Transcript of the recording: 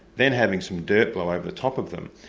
then having some dirt below over the top of them.